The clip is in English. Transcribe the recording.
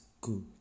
good